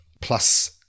plus